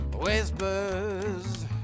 whispers